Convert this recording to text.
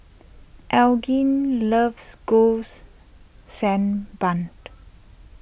Elgin loves Goles Sand Bun